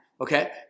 Okay